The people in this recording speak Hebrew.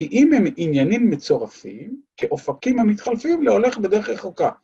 ‫כי אם הם עניינים מצורפים, ‫כאופקים המתחלפים להולך בדרך רחוקה.